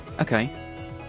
Okay